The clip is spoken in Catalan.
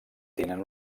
tenen